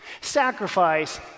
Sacrifice